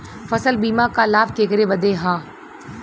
फसल बीमा क लाभ केकरे बदे ह?